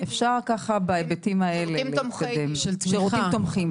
אפשר בהיבטים האלה להתקדם שירותים תומכים,